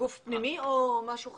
גוף פנימי או משהו חיצוני?